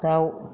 दाउ